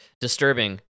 disturbing